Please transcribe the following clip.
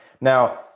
Now